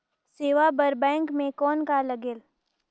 सेवा बर बैंक मे कौन का लगेल?